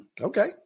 Okay